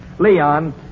Leon